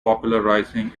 popularizing